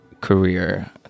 career